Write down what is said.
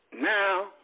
Now